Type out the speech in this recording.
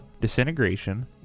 Disintegration